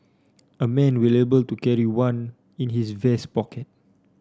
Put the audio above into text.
a man will able to carry one in his vest pocket